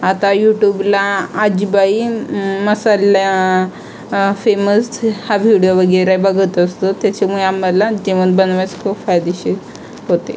आता यूटूबला आजीबाई मसाल्या फेमस हा व्हिडिओ वगैरे बघत असतो त्याच्यामुळे आम्हाला जेवण बनवायचं खूप फायदेशीर होते